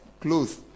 close